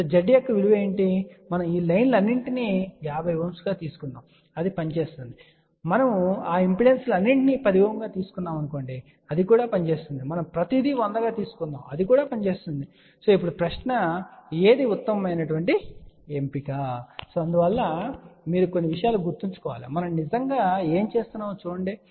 కాబట్టి Z యొక్క విలువ ఏమిటి మనం ఈ లైన్ లన్నింటినీ 50 Ω తీసుకుందాం అది పని చేస్తుంది మనము ఈ ఇంపిడెన్స్ లన్నింటినీ 10Ω గా తీసుకుంటాము అది కూడా పని చేస్తుంది మనం ప్రతిదీ 100Ω గా తీసుకుందాం అది కూడా పని చేస్తుంది కాబట్టి ఇప్పుడు ప్రశ్న ఏది ఉత్తమ ఎంపిక సరే అందువల్ల మీరు కొన్ని విషయాలు గుర్తుంచుకోవాలి మనము నిజంగా ఏమి చేస్తున్నామో చూడండి